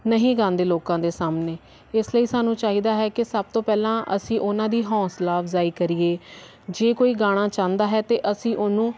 ਨਹੀਂ ਗਾਉਂਦੇ ਲੋਕਾਂ ਦੇ ਸਾਹਮਣੇ ਇਸ ਲਈ ਸਾਨੂੰ ਚਾਹੀਦਾ ਹੈ ਕਿ ਸਭ ਤੋਂ ਪਹਿਲਾਂ ਅਸੀਂ ਉਹਨਾਂ ਦੀ ਹੌਸਲਾ ਅਫਜ਼ਾਈ ਕਰੀਏ ਜੇ ਕੋਈ ਗਾਣਾ ਚਾਹੁੰਦਾ ਹੈ ਅਤੇ ਅਸੀਂ ਉਹਨੂੰ